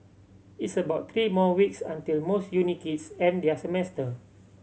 it's about three more weeks until most uni kids end their semester